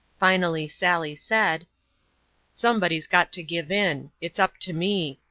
finally sally said somebody's got to give in. it's up to me.